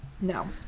No